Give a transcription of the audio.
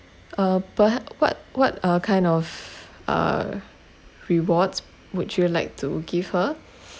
uh perhaps what what uh kind of uh rewards would you like to give her